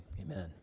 Amen